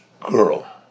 girl